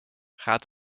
gaat